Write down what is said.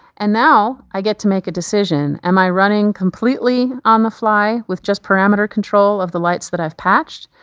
and now i get to make a decision. am i running completely on the fly, with just parameter control of the lights that i've patched,